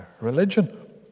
religion